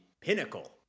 pinnacle